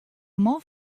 man